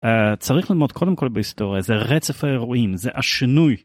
צריך ללמוד קודם כל בהיסטוריה זה רצף האירועים זה השינוי.